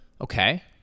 Okay